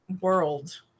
world